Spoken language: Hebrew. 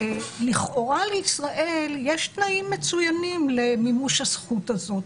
לכאורה לישראל יש תנאים מצוינים למימוש הזכות הזאת